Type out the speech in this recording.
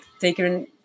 taking